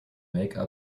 make